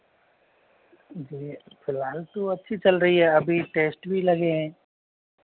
जी फ़िलहाल तो अच्छी चल रही है अभी टेस्ट भी लगे हैं